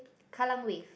Kallang-Wave